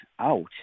out